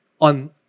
on